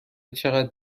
چقدر